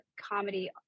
comedy